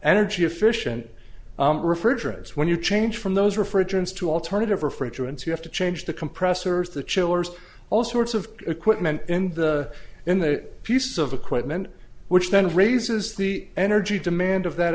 energy efficient refrigerators when you change from those refrigerants to alternative refrigerants you have to change the compressors the chillers all sorts of equipment in the in the piece of equipment which then raises the energy demand of that